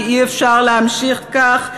כי אי-אפשר להמשיך כך,